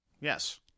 Yes